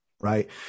right